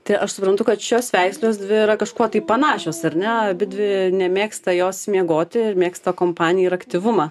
tai aš suprantu kad šios veislės dvi yra kažkuo panašios ar ne abidvi nemėgsta jos miegoti mėgsta kompaniją ir aktyvumą